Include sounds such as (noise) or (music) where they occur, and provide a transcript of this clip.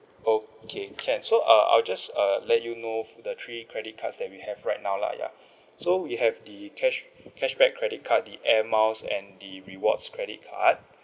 okay can so uh I'll just uh let you know for the three credit cards that we have right now lah ya (breath) so we have the cash cashback credit card the air miles and the rewards credit card